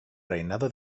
reinado